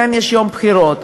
לכן יש יום בחירות.